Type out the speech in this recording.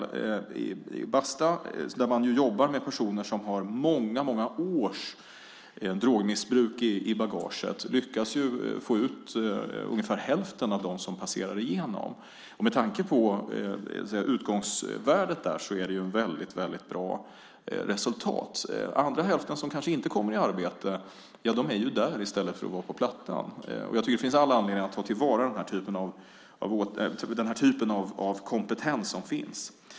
I Basta, där man jobbar med personer som har många års drogmissbruk i bagaget, lyckas man få ut ungefär hälften av dem som passerar igenom. Med tanke på utgångsvärdet där är det ett väldigt bra resultat. Den andra hälften, som kanske inte kommer i arbete, är där i stället för att vara på Plattan. Jag tycker att det finns all anledning att ta till vara denna typ av kompetens som finns.